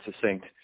succinct